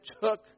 took